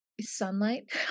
sunlight